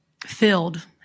filled